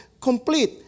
complete